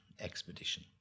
expedition